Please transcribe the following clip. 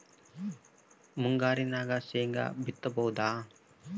ಮುಂಗಾರಿನಾಗ ಶೇಂಗಾ ಬಿತ್ತಬಹುದಾ?